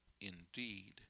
indeed